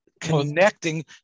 connecting